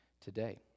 today